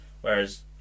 whereas